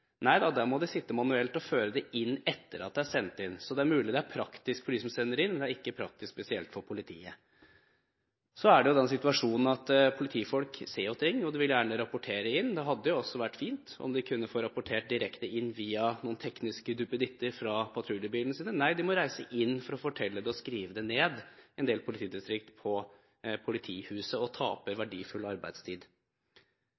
nei da, der må de sitte og føre det inn manuelt etter at det er sendt inn. Så det er mulig at det er praktisk for dem som sender inn, men det er ikke spesielt praktisk for politiet. Så er situasjonen den at politifolk ser ting, og de vil gjerne rapportere inn. Det hadde også vært fint om de kunne få rapportert direkte inn via noen tekniske duppeditter fra patruljebilene sine. Men nei, i en del politidistrikter må de reise inn til politihuset for å fortelle det og skrive det ned,